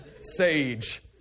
Sage